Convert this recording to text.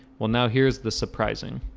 well now here's the surprising